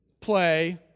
play